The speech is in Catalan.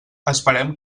esperem